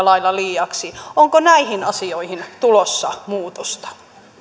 lailla liiaksi onko näihin asioihin tulossa muutosta